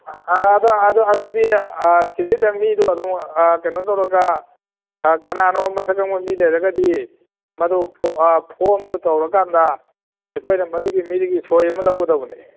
ꯑꯗꯨꯗꯤ ꯁꯤꯗꯩꯗ ꯃꯤꯗꯨ ꯑꯗꯨꯝ ꯀꯩꯅꯣ ꯇꯧꯔꯒ ꯀꯅꯥꯅꯣ ꯃꯁꯛ ꯈꯪꯕ ꯃꯤ ꯂꯩꯔꯒꯗꯤ ꯃꯗꯨ ꯐꯣꯝꯗꯨ ꯇꯧꯔ ꯀꯥꯟꯗ ꯑꯩꯈꯣꯏꯅ ꯃꯗꯨꯒꯤ ꯃꯤꯗꯨꯒꯤ ꯁꯣꯏ ꯑꯃ ꯂꯧꯒꯗꯕꯅꯤ